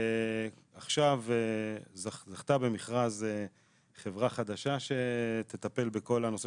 עכשיו זכתה במכרז חברה חדשה שתטפל בכל הנושא